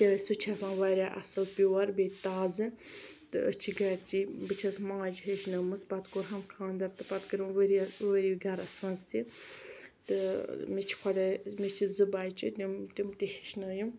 کیازِ سُہ چھِ آسان واریاہ اصل پِیوٚر بیٚیہِ تازٕ تہٕ أسۍ چھِ گَرِچی بہٕ چھس ماجہِ ہیچھنٲمٕژ پَتہٕ کوٛرہَم کھاندر تہٕ پَتہٕ کٔرٕم ؤرِیا وٲرِو گَرس منٛز تہِ تہٕ مےٚ چھِ خۄداے مےٚ چھِ زٕ بَچہِ تِم تِم تہِ ہیچھِ نٲیِم